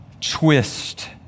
twist